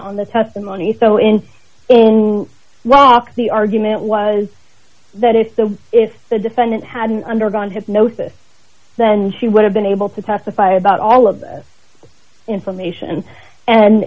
on the testimony so in in well off the argument was that if the if the defendant hadn't undergone hypnosis then she would have been able to testify about all of this information and